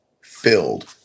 filled